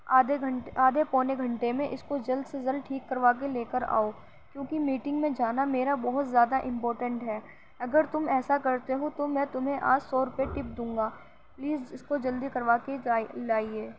آدھے گھنٹے آدھے پونے گھنٹے میں اس کو جلد سے جلد ٹھیک کروا کے لے کر آؤ کیونکہ میٹںگ میں جانا میرا بہت زیادہ امپورٹنٹ ہے اگر تم ایسا کرتے ہو تو میں تمہیں آج سو روپئے ٹپ دوں گا پلیز اس کو جلدی کروا کے جا لائیے